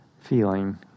feeling